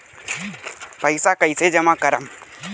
पैसा कईसे जामा करम?